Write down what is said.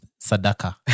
sadaka